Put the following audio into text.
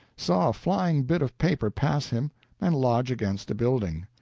saw a flying bit of paper pass him and lodge against a building.